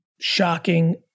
shocking